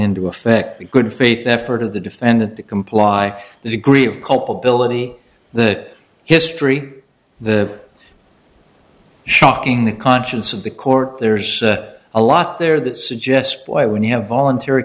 into effect the good faith effort of the defendant to comply the degree of culpability the history the shocking the conscience of the court there's a lot there that suggests by when you have voluntary